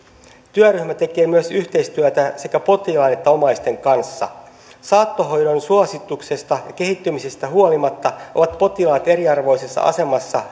työryhmä tekee myös yhteistyötä sekä potilaan että omaisten kanssa saattohoidon suosituksista ja kehittymisestä huolimatta potilaat ovat eriarvoisessa asemassa